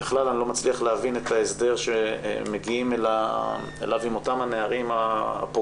בכלל אני לא מצליח להבין את ההסדר שמגיעים אליו עם אותם הנערים הפוגעים.